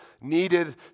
needed